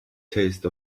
taste